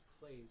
plays